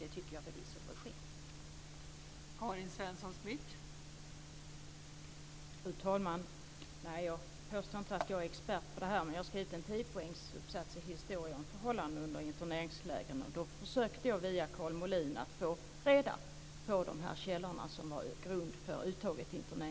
Jag tycker förvisso att det bör ske.